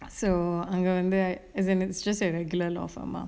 so அங்க வந்து:anga vanthu as in it's just a regular law firm ah